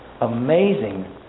amazing